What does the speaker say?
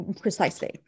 Precisely